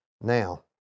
Now